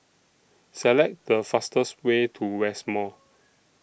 Select The fastest Way to West Mall